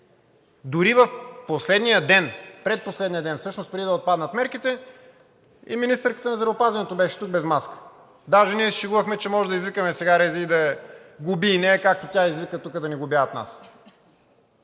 Дори в предпоследния ден, преди да отпаднат мерките, и министърката на здравеопазването беше тук без маска. Даже ние се шегувахме, че може да извикаме сега РЗИ да глоби и нея, както тя извика тук да глобяват нас.